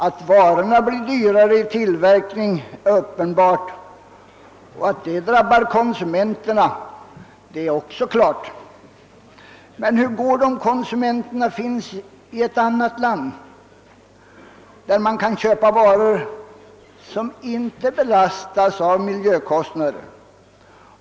Att varorna blir dyrare i tillverkning är uppenbart, och att detta drabbar konsumenterna är också klart. Men hur går det om konsumenterna finns i ett annat land, där man kan köpa varor som inte belastas av miljökostnader?